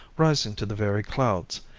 rising to the very clouds,